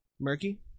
Murky